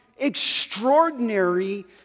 extraordinary